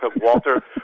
Walter